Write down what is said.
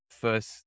first